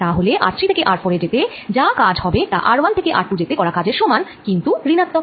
তাহলে r3 থেকে r4 এ যেতে যা কাজ হবে তা r1 থেকে r2 যেতে করা কাজের সমান কিন্তু ঋণাত্মক